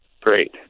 Great